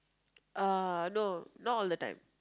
uh no not all the time